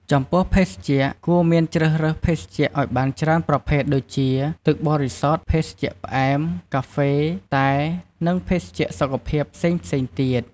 ចំពោះភេសជ្ជៈគួរមានជ្រើសរើសភេសជ្ជៈអោយបានច្រើនប្រភេទដូចជា ទឹកបរិសុទ្ធ ភេសជ្ជៈផ្អែម កាហ្វេ តែ និងភេសជ្ជៈសុខភាពផ្សេងៗទៀត។